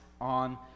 on